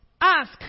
ask